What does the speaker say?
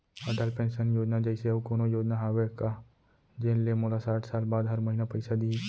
Atal pension Yojana जइसे अऊ कोनो योजना हावे का जेन ले मोला साठ साल बाद हर महीना पइसा दिही?